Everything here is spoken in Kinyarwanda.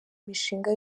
mishinga